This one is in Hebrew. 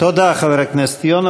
תודה לחבר הכנסת יונה.